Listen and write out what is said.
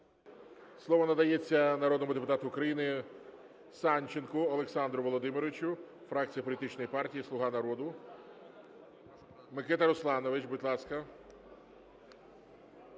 Слово надається народному депутату України Санченку Олександру Володимировичу фракція політичної партії "Слуга народу". Микита Русланович, будь ласка.